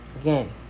again